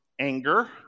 Anger